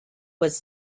was